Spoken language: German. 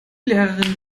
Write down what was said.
lehrerin